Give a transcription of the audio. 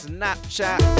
Snapchat